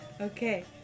Okay